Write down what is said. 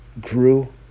grew